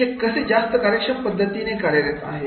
हे कसे जास्त कार्यक्षम पद्धतीने कार्यरत आहे